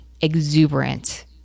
exuberant